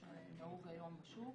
שוב,